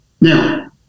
Now